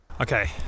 Okay